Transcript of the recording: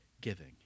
giving